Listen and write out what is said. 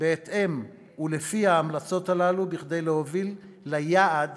בהתאם ולפי ההמלצות הללו, כדי להוביל ליעד